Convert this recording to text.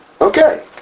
Okay